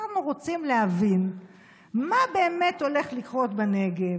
אנחנו רוצים להבין מה באמת הולך לקרות בנגב.